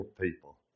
people